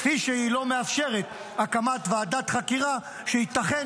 כפי שהיא לא מאפשרת הקמת ועדת חקירה שייתכן